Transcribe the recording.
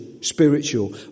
spiritual